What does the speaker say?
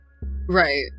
right